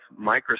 Microsoft